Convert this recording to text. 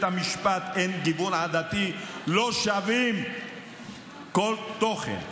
המשפט אין גיוון עדתי לא שווים כל תוכן,